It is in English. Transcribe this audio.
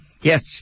Yes